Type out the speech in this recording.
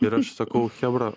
ir aš sakau chebra